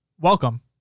welcome